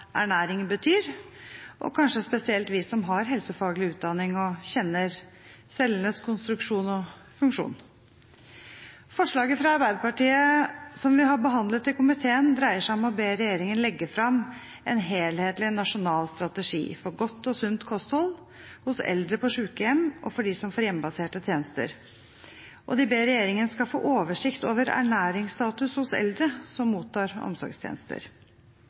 ernæring betyr, kanskje spesielt vi som har helsefaglig utdanning og kjenner cellenes konstruksjon og funksjon. Forslaget fra Arbeiderpartiet som vi har behandlet i komiteen, dreier seg om å be regjeringen legge fram en helhetlig nasjonal strategi for godt og sunt kosthold hos eldre på sykehjem og for dem som får hjemmebaserte tjenester. De ber regjeringen skaffe oversikt over ernæringsstatus hos eldre som mottar omsorgstjenester.